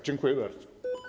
Dziękuję bardzo.